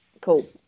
cool